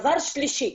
דבר שלישי,